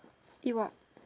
eat what